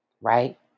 right